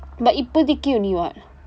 but இப்போதைக்கு:ippoothaikku only [what]